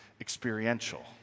experiential